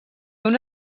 una